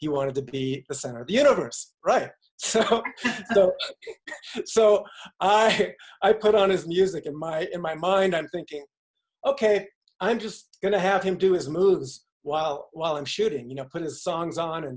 he wanted to be the center of the universe right so i put on his music in my in my mind i'm thinking ok i'm just going to have him do his moves while while i'm shooting you know put his songs on